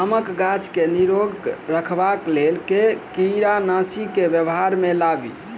आमक गाछ केँ निरोग रखबाक लेल केँ कीड़ानासी केँ व्यवहार मे लाबी?